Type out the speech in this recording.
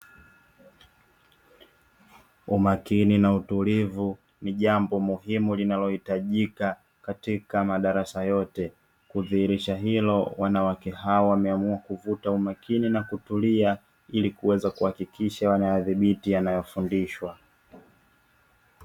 Umakini na utulivu ni jambo muhimu, linalo hitajika katika madarasa yote. Kudhihirisha hilo wanawake hawa, wameamua kuvuta umakini na kutulia, ili kuweza kuhakikisha wanayadhibiti wanayofundishwa.